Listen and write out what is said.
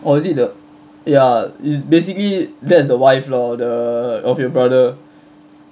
or is it the ya it's basically that's the wife lor the of your brother